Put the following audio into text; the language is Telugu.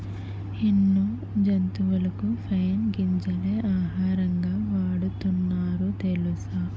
ఎన్నో జంతువులకు పైన్ గింజలే ఆహారంగా వాడుతున్నారు తెలుసా?